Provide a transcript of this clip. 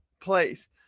place